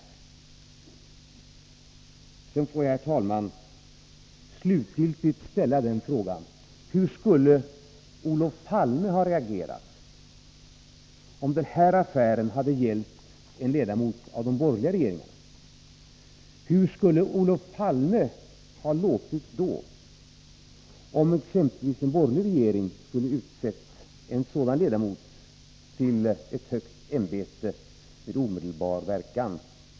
Låt mig sedan, herr talman, slutligen ställa frågan: Hur skulle Olof Palme ha reagerat om den här affären hade gällt en ledamot av någon borgerlig regering? Hur skulle Olof Palme ha utlåtit sig, om exempelvis en borgerlig regering hade utsett en sådan ledamot till ett högt ämbete med omedelbar verkan?